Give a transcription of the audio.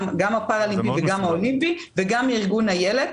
הפאראלימפי וגם האולימפי וגם ארגון אילת.